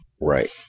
Right